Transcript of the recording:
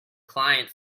client